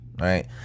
Right